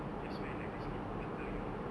you just wear like the selimut belakang your